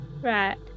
Right